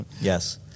Yes